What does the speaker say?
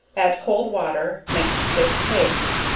add cold water, make a stiff paste.